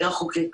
יותר חוקית,